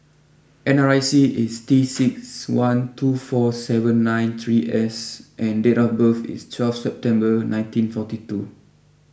N R I C is T six one two four seven nine three S and date of birth is twelve September nineteen forty two